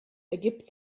ergibt